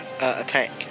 Attack